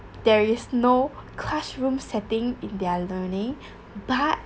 there is no classroom setting in their learning but